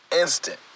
instant